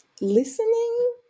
listening